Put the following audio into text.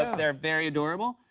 they're very adorable.